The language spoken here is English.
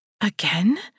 Again